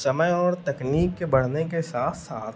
समय और तकनीक के बढ़ने के साथ साथ